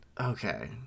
Okay